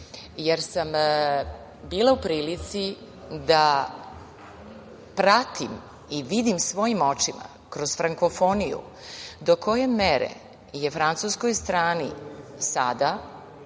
jer sam bila u prilici da pratim i vidim svojim očima kroz frankofoniju do koje mere je Francuskoj strani sada